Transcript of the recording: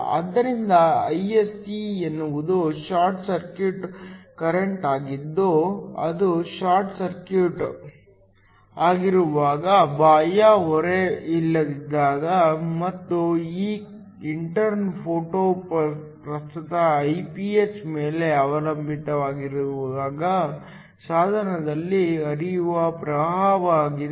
ಆದ್ದರಿಂದ Ise ಎನ್ನುವುದು short circuit current ಆಗಿದ್ದು ಇದು ಶಾರ್ಟ್ ಸರ್ಕ್ಯೂಟ್ ಆಗಿರುವಾಗ ಬಾಹ್ಯ ಹೊರೆ ಇಲ್ಲದಿದ್ದಾಗ ಮತ್ತು ಈ ಇಂಟರ್ನ್ ಫೋಟೋ ಪ್ರಸ್ತುತ Iph ಮೇಲೆ ಅವಲಂಬಿತವಾಗಿರುವಾಗ ಸಾಧನದಲ್ಲಿ ಹರಿಯುವ ಪ್ರವಾಹವಾಗಿದೆ